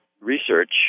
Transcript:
research